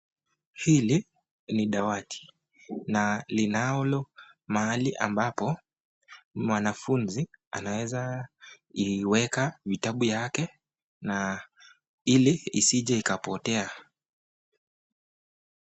Hili ni dawati na linalo mahali ambapo mwanafunzi anaweza iweka vitabu yake na ili isije ikapotea.